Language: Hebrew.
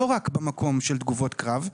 לא רק במקום של תגובות קרב,